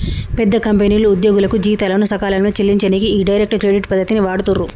పెద్ద కంపెనీలు ఉద్యోగులకు జీతాలను సకాలంలో చెల్లించనీకి ఈ డైరెక్ట్ క్రెడిట్ పద్ధతిని వాడుతుర్రు